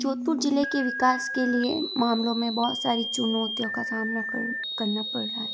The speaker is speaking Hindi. जोधपुर जिले के विकास के लिए मामलों में बहुत सारी चुनौतियों का सामना कर करना पड़ रहा है